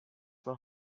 nach